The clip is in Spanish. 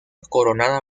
coronada